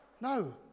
No